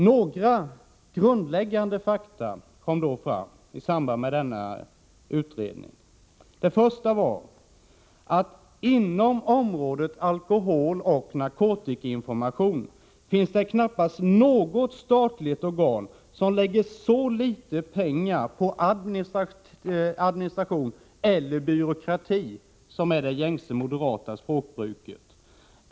Några grundläggande fakta kom fram i samband med denna utredning: DO Inom området alkoholoch narkotikainformation finns det knappast något statligt organ som lägger så litet pengar på administration, eller byråkrati — som är det gängse moderata språkbruket.